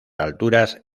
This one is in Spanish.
alturas